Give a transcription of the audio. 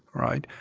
right?